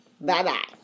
Bye-bye